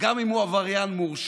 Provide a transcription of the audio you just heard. גם אם הוא עבריין מורשע,